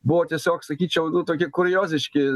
buvo tiesiog sakyčiau nu tokie kurioziški